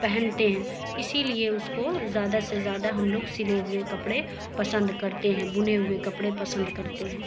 پہنتے ہیں اسی لیے اس کو زیادہ سے زیادہ ہم لوگ سلے ہوئے کپڑے پسند کرتے ہیں بنے ہوئے کپڑے پسند کرتے ہیں